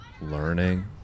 learning